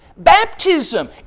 Baptism